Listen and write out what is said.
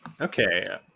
Okay